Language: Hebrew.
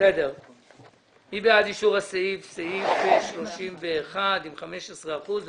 מי בעד אישור סעיף 31 עם 15 אחוזים?